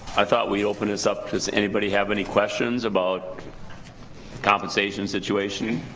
i thought we opened this up, does anybody have any questions about compensation situation?